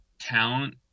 talent